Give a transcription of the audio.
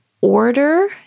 order